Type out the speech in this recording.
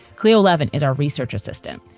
cleo levin is our research assistant,